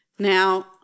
Now